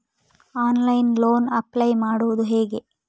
Online loan apply ಮಾಡುವುದು ಹೇಗೆ?